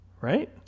Right